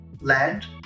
land